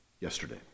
yesterday